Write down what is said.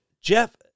Jeff